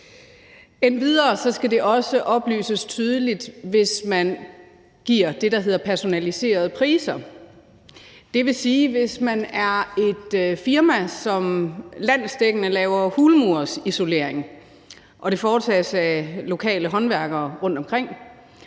Endvidere skal det også oplyses tydeligt, hvis man giver det, der hedder personaliserede priser. Det vil sige, at der kan være tale om et firma, som landsdækkende laver hulmursisolering, der foretages af lokale håndværkere rundtomkring.